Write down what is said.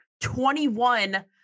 21